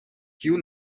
kiu